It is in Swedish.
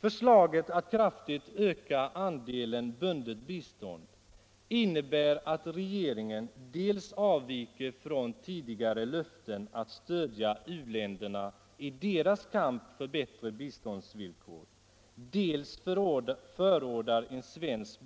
Förslaget att kraftigt öka andelen bundet bistånd innebär att regeringen dels avviker från tidigare löften att stödja u-länderna i deras kamp för bättre biståndsvillkor, dels förordar en svensk